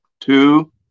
Two